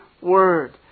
word